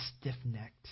stiff-necked